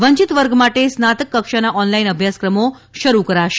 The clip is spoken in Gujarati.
વંચિત વર્ગ માટે સ્નાતક કક્ષાના ઓનલાઈન અભ્યાસક્રમો શરું કરાશે